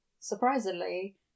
surprisingly